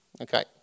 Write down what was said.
Okay